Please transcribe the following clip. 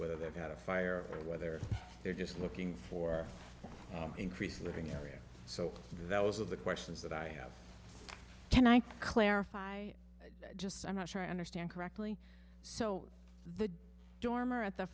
whether they've had a fire or whether they're just looking for increased living area so that was of the questions that i have can i clarify just i'm not sure i understand correctly so the dormer at the